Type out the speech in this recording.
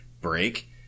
break